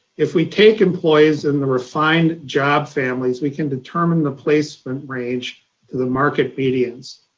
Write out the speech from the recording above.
if we take employees in the refined job families, we can determine the placement range to the market medians.